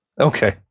Okay